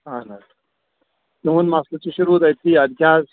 اَہن حظ تِہُنٛد مسلہٕ تہِ روٗد اَتی اَدٕ کیٛاہ حظ